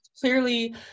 clearly